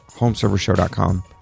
homeservershow.com